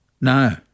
No